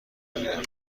ببینم